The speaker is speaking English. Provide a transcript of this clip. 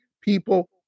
people